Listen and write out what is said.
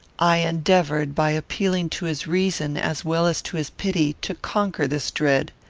i endeavoured, by appealing to his reason as well as to his pity, to conquer this dread.